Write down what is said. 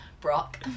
Brock